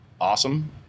awesome